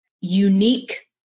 unique